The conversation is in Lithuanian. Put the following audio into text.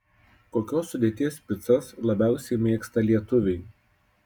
kokios sudėties picas labiausiai mėgsta lietuviai